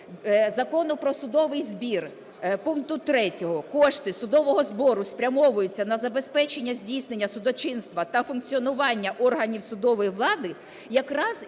Закону "Про судовий збір", пункту 3: "кошти судового збору спрямовуються на забезпечення здійснення судочинства та функціонування органів судової влади", - якраз і